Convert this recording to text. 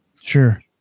Sure